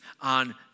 on